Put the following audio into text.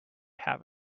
have